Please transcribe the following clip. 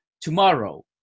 tomorrow